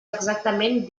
exactament